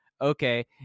okay